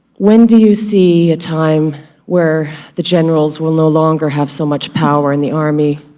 when do you see a time where the generals will no longer have so much power in the army.